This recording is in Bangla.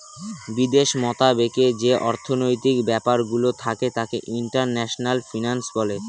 বিদেশ মতাবেকে যে অর্থনৈতিক ব্যাপারগুলো থাকে তাকে ইন্টারন্যাশনাল ফিন্যান্স বলে